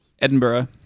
Edinburgh